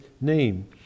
name